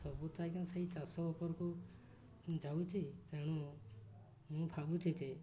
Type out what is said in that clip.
ସବୁ ତ ଆଜ୍ଞା ସେଇ ଚାଷ ଉପରକୁ ଯାଉଛି ତେଣୁ ମୁଁ ଭାବୁଛି ଯେ